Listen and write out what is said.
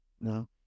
No